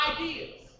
Ideas